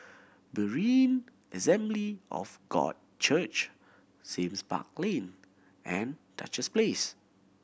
Berean Assembly of God Church Sime Park Lane and Duchess Place